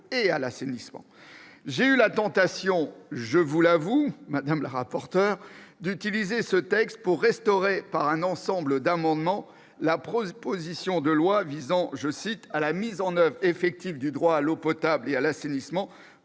J'ai eu la tentation- je vous l'avoue, madame la rapporteur -d'utiliser ce texte pour restaurer, par un ensemble d'amendements, la proposition de loi « visant à la mise en oeuvre effective du droit à l'eau potable et à l'assainissement »,